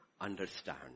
understand